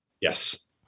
Yes